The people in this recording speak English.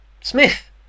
Smith